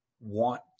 want